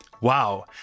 Wow